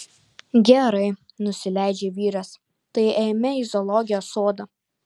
gerai nusileidžia vyras tai eime į zoologijos sodą